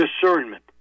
discernment